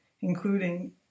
including